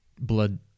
blood